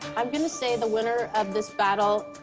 i'm going to say the winner of this battle.